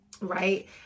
right